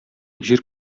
җир